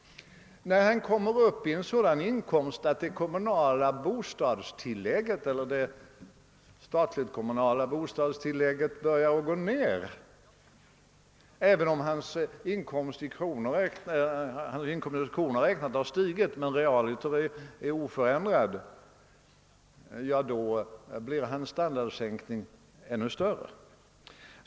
När han kommer upp i en sådan inkomst i kronor räknat — även om den realiter är oförändrad — att det statligt-kommunala bostadstillägget börjar gå ned, blir hans standardsänkning ännu större.